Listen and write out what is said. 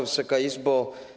Wysoka Izbo!